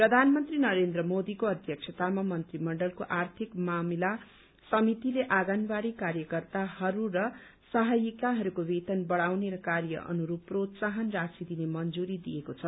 प्रधानमन्त्री नरेन्द्र मोदीको अध्यक्षतामा मन्त्रीमण्डलको आर्थिक मामिला समितिले आगँनवाड़ी कार्यकर्ताहरू र सहायिकाहरूको वेतन बढ़ाउने र कार्य अनुरूप प्रोत्साहन राशी दिने मंजूरी दिएको छ